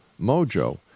Mojo